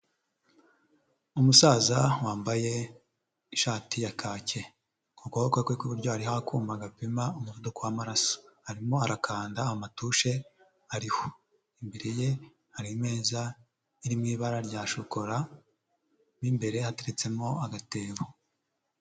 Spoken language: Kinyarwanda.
Umusaza wambaye ishati ya kake, ku kuboko kwe kw'iburyo hariho akuma gapima umuvuduko w'amaraso, arimo arakanda amatushe ariho. Imbere ye hari imeza iri mu ibara rya shokora m'imbere hateretsemo agatebo.